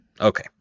Okay